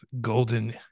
golden